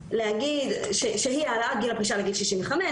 להגיד שזו העלאה של גיל הפרישה לגיל 65,